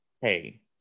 hey